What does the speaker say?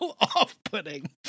off-putting